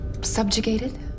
subjugated